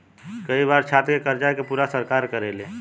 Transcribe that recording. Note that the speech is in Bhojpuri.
कई बार छात्र के कर्जा के पूरा सरकार करेले